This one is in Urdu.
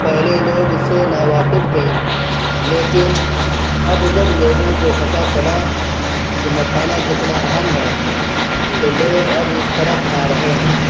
پہلے لوگ اس سے ناواقف تھے لیکن اب جب لوگوں کو پتہ چلا کہ مکھانا کتنا اہم ہے تو لوگ اب اس طرف آ رہے ہیں